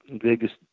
biggest